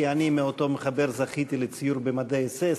כי אני מאותו מחבר זכיתי לציור במדי אס.אס,